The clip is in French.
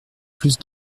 plus